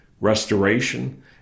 restoration